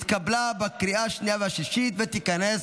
התקבלה בקריאה השנייה והשלישית, ותיכנס